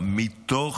לא לומדי תורה,